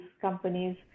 companies